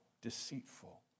Deceitful